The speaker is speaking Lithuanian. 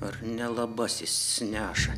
ar nelabasis neša